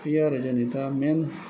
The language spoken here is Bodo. बियो आरो जोंनि दा मेइन